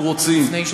לא ממדע.